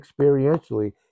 experientially